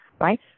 Right